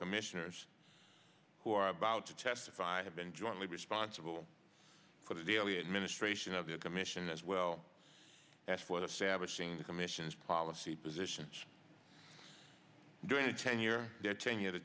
commissioners who are about to testify have been jointly responsible for the daily administration of the commission as well as for the sabotaging the commission's policy positions during a ten year tenure t